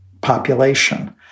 population